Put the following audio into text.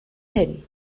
hyn